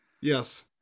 Yes